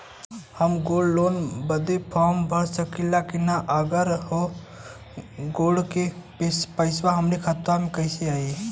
हम gold loan बड़े form भर सकी ला का अगर हो गैल त पेसवा हमरे खतवा में आई ना?